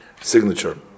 signature